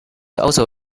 also